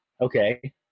okay